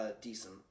decent